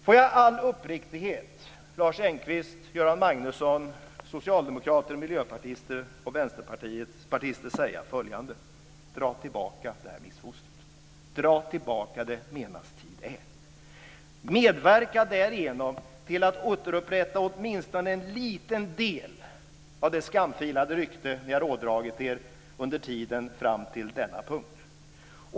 Jag vill i all uppriktighet säga följande till Lars Engqvist, Göran Magnusson, socialdemokrater, miljöpartister och vänsterpartister: Dra tillbaka detta missfoster. Dra tillbaka det medan tid är. Medverka därigenom till att återupprätta åtminstone en liten del av det skamfilade rykte ni har ådragit er under tiden fram till denna punkt.